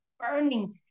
burning